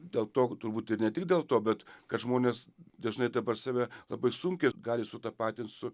dėl to turbūt ir ne tik dėl to bet kad žmonės dažnai dabar save labai sunkiai gali sutapatint su